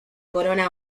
corona